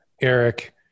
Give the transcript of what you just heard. Eric